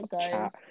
chat